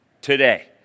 today